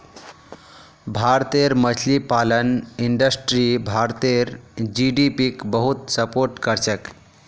भारतेर मछली पालन इंडस्ट्री भारतेर जीडीपीक बहुत सपोर्ट करछेक